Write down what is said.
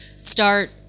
start